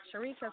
Sharika